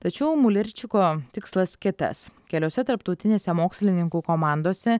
tačiau mulerčiko tikslas kitas keliose tarptautinėse mokslininkų komandose